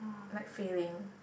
like failing